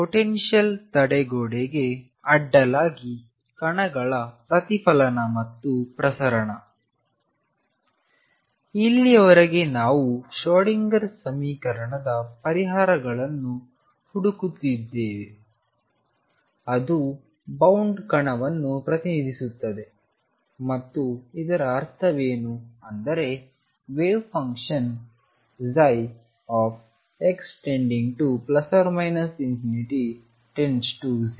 potential ತಡೆಗೋಡೆಗೆ ಅಡ್ಡಲಾಗಿ ಕಣಗಳ ಪ್ರತಿಫಲನ ಮತ್ತು ಪ್ರಸರಣ ಇಲ್ಲಿಯವರೆಗೆ ನಾವು ಶ್ರೋಡಿಂಗರ್ ಸಮೀಕರಣದ ಪರಿಹಾರಗಳನ್ನು ಹುಡುಕುತ್ತಿದ್ದೇವೆ ಅದು ಬೌಂಡ್ ಕಣವನ್ನು ಪ್ರತಿನಿಧಿಸುತ್ತದೆ ಮತ್ತು ಇದರ ಅರ್ಥವೇನು ಅಂದರೆ ವೇವ್ ಫಂಕ್ಷನ್ x→±∞→0